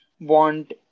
want